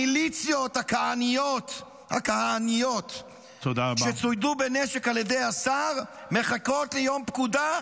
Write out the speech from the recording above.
המליציות הכהנאיות שצוידו בנשק על ידי השר מחכות ליום פקודה,